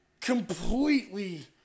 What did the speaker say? completely